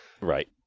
right